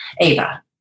Ava